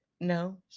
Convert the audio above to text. No